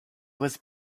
was